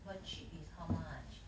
but cheap is how much